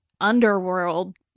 underworld